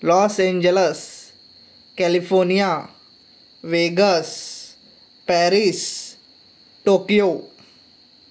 loss Angeles California Vegas Paris Tokyo